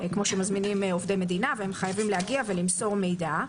כמו שמזמינים עובדי מדינה והם חייבים להגיע ולמסור מידע.